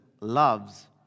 loves